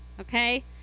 okay